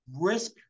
risk